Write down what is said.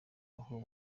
aho